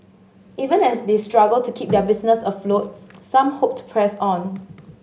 even as they struggle to keep their business afloat some hope to press on